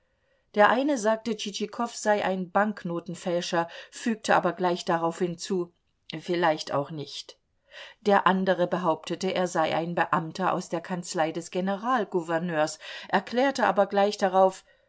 der eine sagte tschitschikow sei ein banknotenfälscher fügte aber gleich darauf hinzu vielleicht auch nicht der andere behauptete er sei ein beamter aus der kanzlei des generalgouverneurs erklärte aber gleich darauf